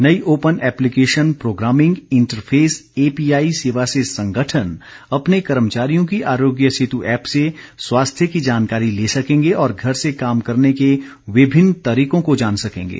नई open application programming interface API सेवा से संगठन अपने कर्मचारियों की आरोग्य सेतु ऐप से स्वास्थ्य की जानकारी ले सकेंगे और घर से काम करने के विभिन्न तरीकों को जान सकेंगे